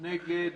מי נגד?